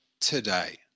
today